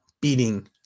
beating